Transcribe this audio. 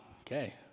Okay